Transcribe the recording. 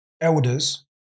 elders